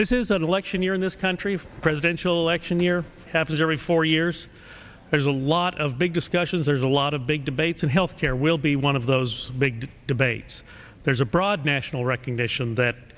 this is an election year in this country presidential election year happens every four years there's a lot of big discussions there's a lot of big debates in health care will be one of those big debates there's a broad national recognition that